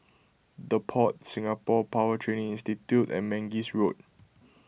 the Pod Singapore Power Training Institute and Mangis Road